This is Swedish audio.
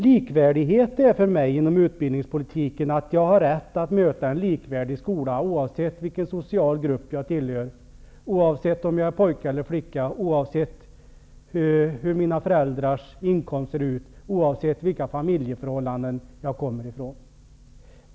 Likvärdighet inom utbildningspolitiken är för mig att jag har rätt att möta en likvärdig skola, oavsett vilken social grupp jag tillhör, oavsett om jag är pojke eller flicka, oavsett mina föräldrars inkomst och oavsett vilka familjeförhållanden jag kommer ifrån.